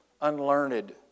unlearned